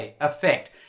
effect